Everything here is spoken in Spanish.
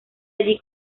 allí